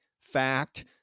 fact